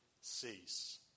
cease